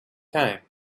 came